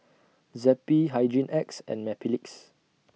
Zappy Hygin X and Mepilex